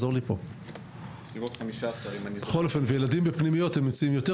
בסביבות 15. ילדים בפנימיות נמצאים יותר.